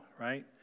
right